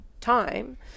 time